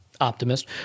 Optimist